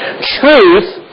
Truth